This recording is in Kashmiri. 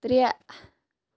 ترٛےٚ